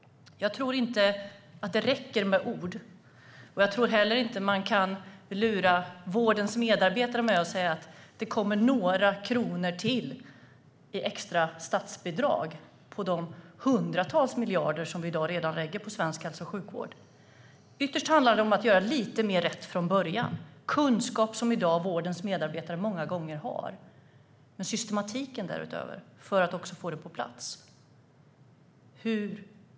Jag tror inte att det räcker med ord. Jag tror heller inte att man kan lura vårdens medarbetare med att säga att det kommer några kronor i extra statsbidrag till de hundratals miljarder som vi i dag redan lägger på svensk hälso och sjukvård. Ytterst handlar det om att göra lite mer rätt från början - kunskap som i dag vårdens medarbetare många gånger har. Men var finns systematiken för att få den på plats?